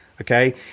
Okay